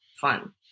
fun